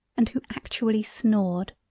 and who actually snored.